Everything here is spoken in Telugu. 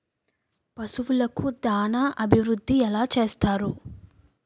పశువులకు దాన అభివృద్ధి ఎలా చేస్తారు?